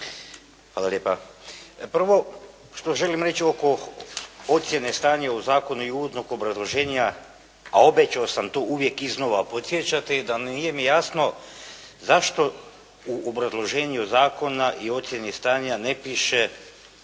Hvala lijepa. Prvo što želim reći oko ocjene stanja u zakonu i uvodnog obrazloženja, a obećao sam to uvijek iznova podsjećati da nije mi jasno zašto u obrazloženju zakona i ocjeni stanja ne piše